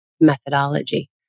methodology